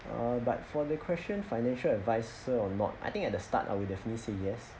err but for the question financial advisor or not I think at the start I will definitely say yes